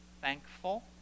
Thankful